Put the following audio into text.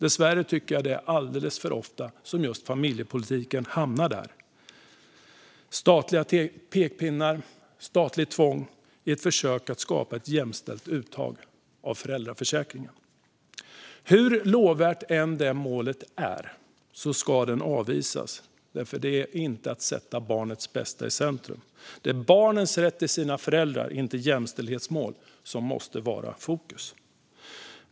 Dessvärre tycker jag att det är alldeles för ofta som just familjepolitiken hamnar där. Det handlar om statliga pekpinnar och statligt tvång i ett försök att skapa ett jämställt uttag av föräldraförsäkringen. Hur lovvärt det målet än är ska det avvisas. Det är inte att sätta barnets bästa i centrum. Det är barnens rätt till sina föräldrar och inte jämställdhetsmål som måste vara i fokus.